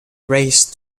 raised